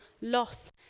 loss